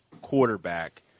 quarterback